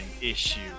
issue